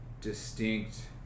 distinct